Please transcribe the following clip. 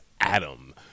Adam